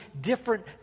different